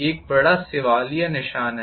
यह एक बड़ा सवालिया निशान है